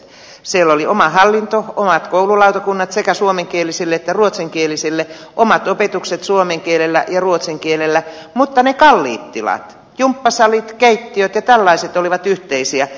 siellä oli oma hallinto omat koululautakunnat sekä suomenkielisille että ruotsinkielisille omat opetukset suomen kielellä ja ruotsin kielellä mutta ne kalliit tilat jumppasalit keittiöt ja tällaiset olivat yhteisiä